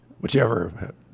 whichever